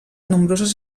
nombroses